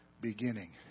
Beginning